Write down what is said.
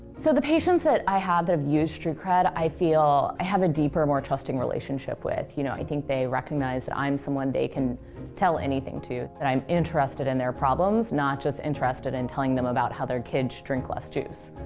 so, the patients that i have that have used streetcred, i feel i have a deeper, more trusting relationship with. you know, i think they recognize that i'm someone they can tell anything to, that i'm interested in their problems, not just interested in telling them about how their kids should drink less juice,